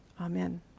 Amen